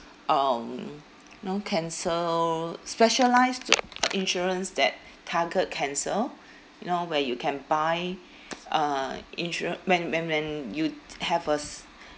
um you know cancer specialised t~ insurance that target cancer you know where you can buy uh insura~ when when when you have a s~